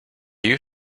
you